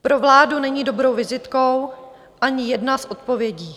Pro vládu není dobrou vizitkou ani jedna z odpovědí.